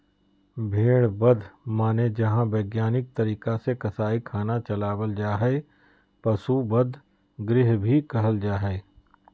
भेड़ बध माने जहां वैधानिक तरीका से कसाई खाना चलावल जा हई, पशु वध गृह भी कहल जा हई